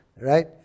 Right